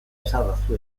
esadazu